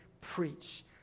preach